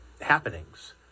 happenings